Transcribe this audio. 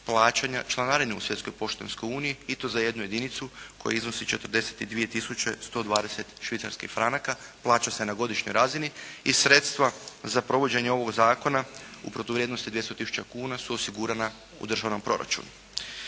plaćanja članarine u svjetskoj poštanskoj uniji i to za jednu jedinicu koja iznosi 42 tisuće 120 švicarskih franaka, plaća se na godišnjoj razini i sredstva za provođenje ovoga zakona u protuvrijednosti 200 tisuća kuna su osigurana u državnom proračunu.